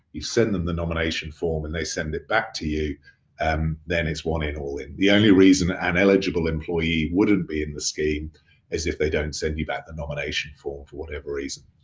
you send them the nomination form and they send it back to you um then it's one in, all in. the only reason an eligible employee wouldn't be in the scheme is if they don't send you back the nomination form for whatever reason.